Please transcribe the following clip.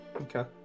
Okay